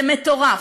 זה מטורף.